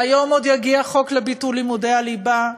והיום עוד יגיע חוק לביטול לימודי הליבה,